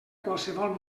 qualsevol